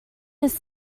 his